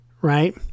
right